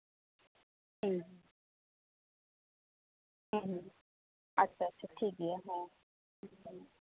ᱦᱩᱸ ᱦᱩᱸ ᱦᱩᱸ ᱟᱪᱪᱷᱟ ᱟᱪᱪᱷᱟ ᱴᱷᱤᱠᱜᱮᱭᱟ ᱦᱮᱸ